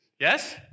Yes